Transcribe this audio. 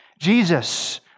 Jesus